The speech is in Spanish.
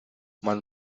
más